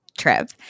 trip